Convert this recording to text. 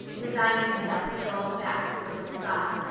resigning herself to bald facts with a little sigh.